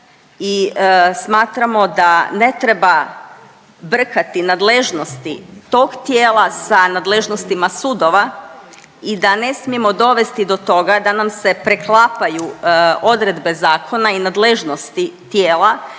i smatramo da ne treba brkati nadležnosti tog tijela sa nadležnostima sudova i da ne smijemo dovesti do toga da nam se preklapaju odredbe zakona i nadležnosti tijela